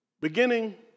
Beginning